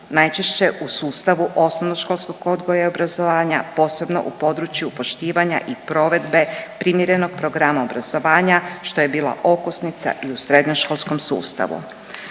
najčešće u sustavu osnovnoškolskog odgoja i obrazovanja, posebno u području poštivanja i provedbe primjerenog programa obrazovanja što je bila okosnica i u srednjoškolskom sustavu.